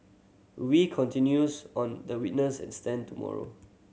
Wee continues on the witness stand tomorrow